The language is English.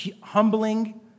humbling